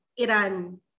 Iran